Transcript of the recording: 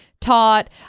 taught